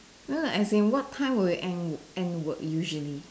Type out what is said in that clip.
ya lah as in what time will you end end work usually